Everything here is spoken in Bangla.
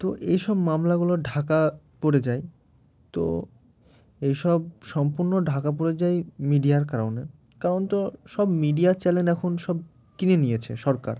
তো এইসব মামলাগুলো ঢাকা পড়ে যায় তো এইসব সম্পূর্ণ ঢাকা পড়ে যায় মিডিয়ার কারণে কারণ তো সব মিডিয়া চ্যানেল এখন সব কিনে নিয়েছে সরকার